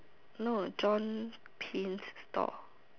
no John Pins store